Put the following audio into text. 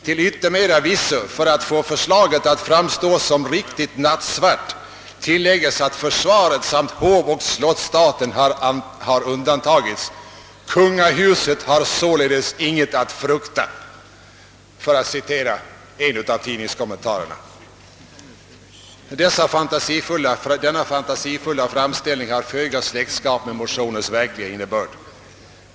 Till yttermera visso — för att få förslaget att framstå som riktigt nattsvart — tilläggs att försvaret samt hovoch slottsstaten har undantagits. »Kungahuset har således inget att frukta» — för att citera en av tidningskommentarerna. Denna fantasifulla framställning har föga släktskap med motionens verkliga innebörd.